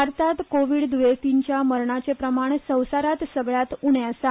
भारतांत कोव्हीड द्येंतींच्या मरणार्चे प्रमाण संवसारांत सगल्यांत उर्णे आसा